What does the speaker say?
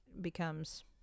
becomes